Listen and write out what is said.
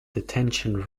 detention